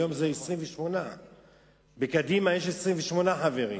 היום זה 28. בקדימה יש 28 חברים,